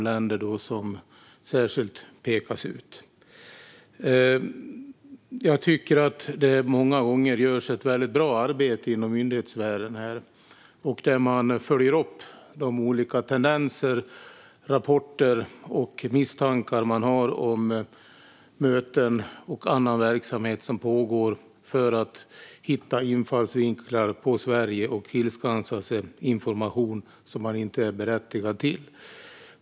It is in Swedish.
Myndighetssfären gör många gånger ett mycket bra arbete med att följa upp de olika tendenser, rapporter och misstankar som finns om möten och annan verksamhet som pågår för att hitta infallsvinklar på Sverige och tillskansa sig information som man inte är berättigad till.